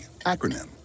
acronym